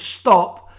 stop